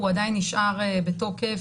הוא עדיין נשאר בתוקף,